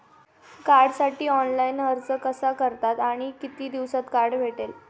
कार्डसाठी ऑनलाइन अर्ज कसा करतात आणि किती दिवसांत कार्ड भेटते?